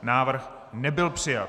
Návrh nebyl přijat.